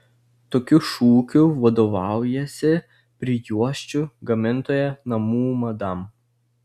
tokiu šūkiu vadovaujasi prijuosčių gamintoja namų madam